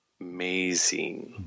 amazing